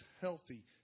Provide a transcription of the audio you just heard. healthy